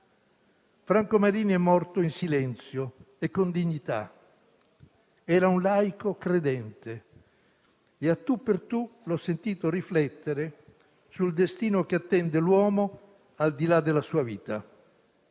Franco Marini è morto in silenzio e con dignità. Era un laico credente e, a tu per tu, l'ho sentito riflettere sul destino che attende l'uomo al di là della sua vita.